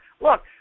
Look